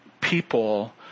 people